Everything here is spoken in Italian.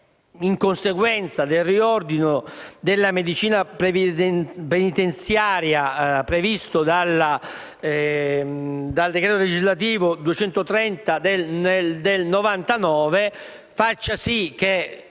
in conseguenza del riordino della medicina penitenziaria, previsto dal decreto legislativo n. 230 del 1999, faccia sì che